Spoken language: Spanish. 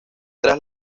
tras